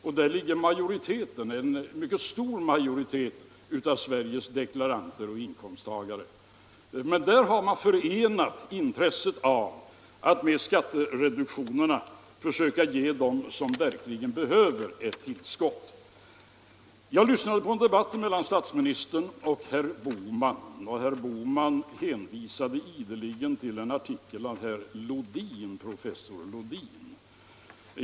— och där ligger en mycket stor majoritet av Sveriges deklaranter och inkomsttagare. Där har man med skattereduktionen försökt förena intresset att ge dem som verkligen behöver det ett tillskott med en marginalskattesänkning. Jag lyssnade på en TV-debatt mellan statsministern och herr Bohman, där herr Bohman ideligen hänvisade till en artikel av professor Lodin.